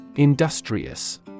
Industrious